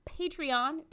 Patreon